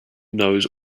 knows